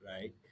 Right